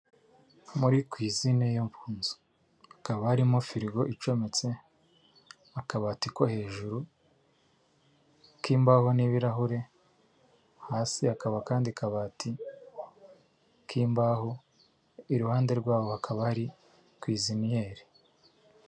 Muri kwizine yo mu nzu, hakaba harimo firigo icometse, akabati ko hejuru k'imbaho n'ibirahure, hasi hakaba akandi kabati k'imbaho, iruhande rwaho hakaba hari kwiziniyeri.